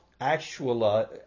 actual